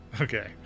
Okay